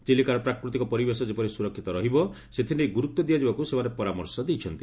ଚିଲିକାର ପ୍ରାକୃତିକ ପରିବେଶ ଯେପରି ସୁରକ୍ଷିତ ରହିବ ସେଥିନେଇ ଗୁରୁତ୍ ଦିଆଯିବାକୁ ସେମାନେ ପରାମର୍ଶ ଦେଇଛନ୍ତି